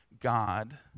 God